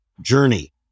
journey